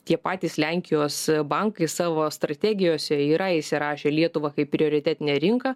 tie patys lenkijos bankai savo strategijose yra įsirašę lietuvą kaip prioritetine rinką